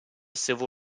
civil